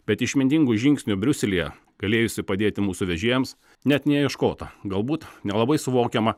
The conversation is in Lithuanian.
bet išmintingų žingsnių briuselyje galėjusių padėti mūsų vežėjams net neieškota galbūt nelabai suvokiama